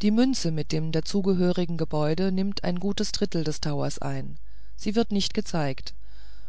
die münze mit den dazugehörigen gebäuden nimmt ein gutes drittel des towers ein sie wird nicht gezeigt